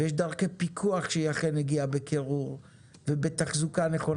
ויש דרכי פיקוח שהיא אכן הגיעה בקירור ובתחזוקה נכונה.